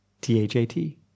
T-H-A-T